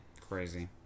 Crazy